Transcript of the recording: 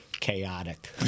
chaotic